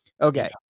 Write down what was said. Okay